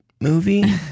movie